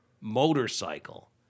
motorcycle